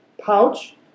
pouch